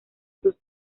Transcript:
sus